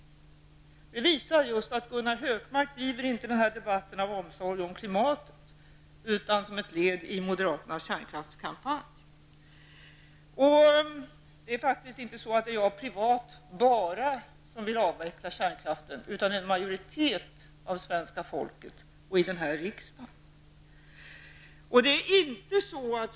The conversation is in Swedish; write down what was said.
Det visar just att Gunnar Hökmark inte driver den här debatten av omsorg om klimatet utan som ett led i moderaternas kärnkraftskampanj. Det är faktiskt inte så att det bara är jag privat som vill avveckla kärnkraften, utan det är fråga om en majoritet av svenska folket och en majoritet av den här riksdagen.